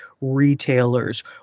retailers